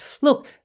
Look